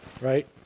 Right